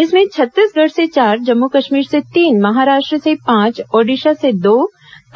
इसमें छत्तीसगढ़ से चार जम्मू कश्मीर से तीन महाराष्ट्र से पांच ओडिशा से दो